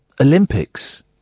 Olympics